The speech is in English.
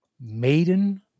Maiden